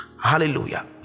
Hallelujah